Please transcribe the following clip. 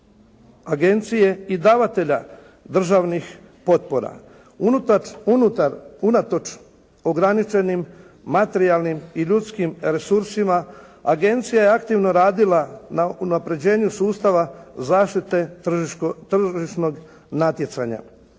agencije i davatelja državnih potpora. Unutar unatoč ograničenim materijalnim i ljudskim resursima agencija je aktivno radila na unapređenju sustava zaštite tržišnog natjecanja.